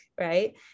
right